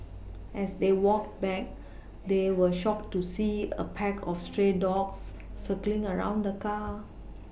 as they walked back they were shocked to see a pack of stray dogs circling around the car